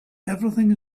everything